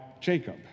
Jacob